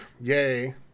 Yay